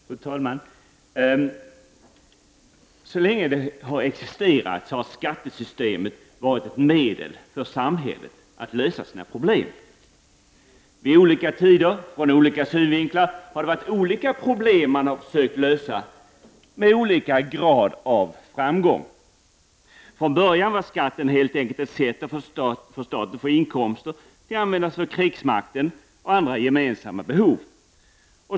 Fru talman! Så länge som skattesystemet existerat har det varit ett medel för samhället att lösa problem. Vid olika tider och ur olika synvinklar har det varit olika problem som man sökt lösa, med olika grad av framgång. Från början var skatten helt enkelt ett sätt för staten att få inkomster för att användas till krigsmakten och andra gemensamma behov.